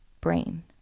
brain